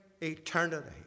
Eternity